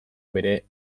bere